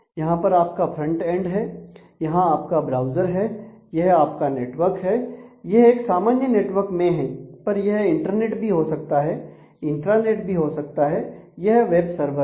यहां पर आपका फ्रंट एंड है यहां आपका ब्राउज़र है यह आपका नेटवर्क है यह एक सामान्य नेटवर्क में है पर यह इंटरनेट भी हो सकता है इंट्रानेट भी हो सकता है यह वेब सर्वर है